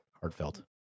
heartfelt